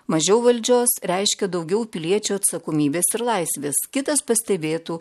mažiau valdžios reiškia daugiau piliečių atsakomybės ir laisvės kitas pastebėtų